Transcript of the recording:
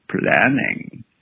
planning